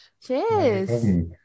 Cheers